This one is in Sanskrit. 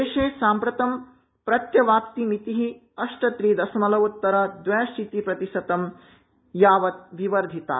देशे साम्प्रतं प्रत्यवाप्तिमिति अष्ट त्रि दशमलवोतर द्वयाशीति प्रतिशतं यावत् विवर्धिता